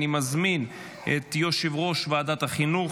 אני מזמין את יושב-ראש ועדת החינוך,